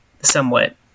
somewhat